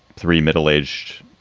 three middle aged,